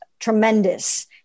Tremendous